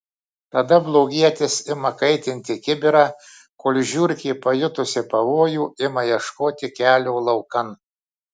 tada blogietis ima kaitinti kibirą kol žiurkė pajutusi pavojų ima ieškoti kelio laukan